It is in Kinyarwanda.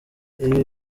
ibi